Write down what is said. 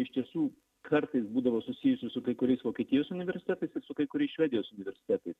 iš tiesų kartais būdavo susijusi su kai kuriais vokietijos universitetais ir su kai kuriais švedijos universitetais